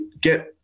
get